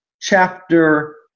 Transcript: chapter